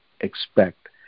expect